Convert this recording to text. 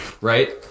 right